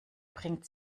bringt